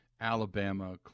Alabama